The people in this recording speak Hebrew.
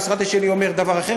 המשרד השני אומר דבר אחר,